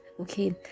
okay